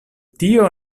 tio